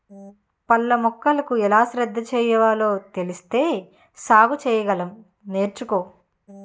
పళ్ళ మొక్కలకు ఎలా శ్రద్ధ తీసుకోవాలో తెలిస్తే సాగు సెయ్యగలం నేర్చుకో